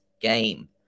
game